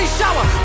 shower